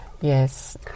yes